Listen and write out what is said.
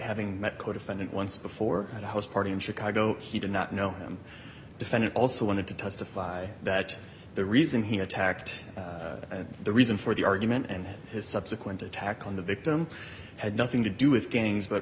having met codefendant once before and a house party in chicago he did not know him defendant also wanted to testify that the reason he attacked and the reason for the argument and his subsequent attack on the victim had nothing to do with gangs but